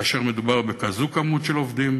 כאשר מדובר בכזאת כמות של עובדים,